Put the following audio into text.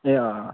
ए अँ अँ